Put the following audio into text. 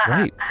Right